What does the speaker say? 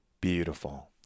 Beautiful